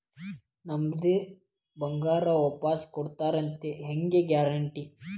ನಮ್ಮದೇ ಬಂಗಾರ ವಾಪಸ್ ಕೊಡ್ತಾರಂತ ಹೆಂಗ್ ಗ್ಯಾರಂಟಿ?